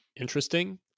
interesting